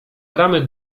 bramy